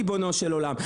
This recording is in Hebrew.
ריבונו של עולם.